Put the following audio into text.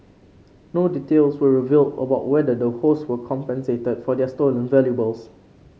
no details were revealed about whether the hosts were compensated for their stolen valuables